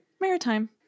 Maritime